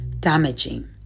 damaging